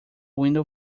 window